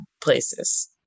places